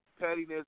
pettiness